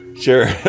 Sure